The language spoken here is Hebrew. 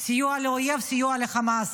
סיוע לאויב, סיוע לחמאס.